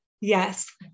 Yes